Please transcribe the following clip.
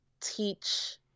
teach